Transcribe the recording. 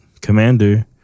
commander